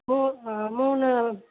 மூணு